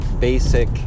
basic